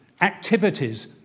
activities